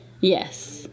yes